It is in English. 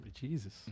Jesus